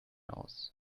aus